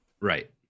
Right